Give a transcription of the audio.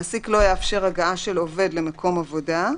מעסיק לא יאפשר הגעה של עובד למקום עבודה,